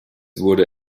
wurde